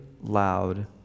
loud